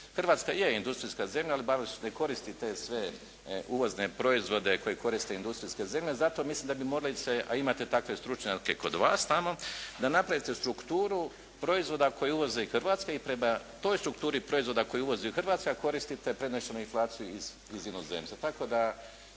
Hrvatska je industrijska zemlja, ali baš ne koristi te sve uvozne proizvode koje koriste industrijske zemlje. Zato mislim da bi morali se, a imate takve stručnjake kod vas tamo da napravite strukturu proizvoda koje uvozi Hrvatska i prema toj strukturi proizvoda koje uvozi Hrvatska koristite prenesenu inflaciju iz inozemstva.